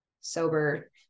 sober